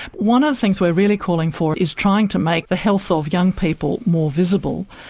one of the things we're really calling for is trying to make the health of young people more visible,